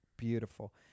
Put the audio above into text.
beautiful